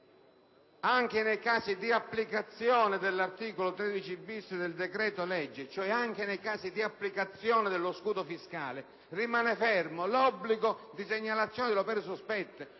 anche nei casi di applicazione dell'articolo 13-*bis* del decreto-legge n. 78 del 2009, cioè anche nei casi di applicazione dello scudo fiscale, rimanga fermo l'obbligo di segnalazione delle operazioni sospette